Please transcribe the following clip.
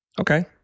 Okay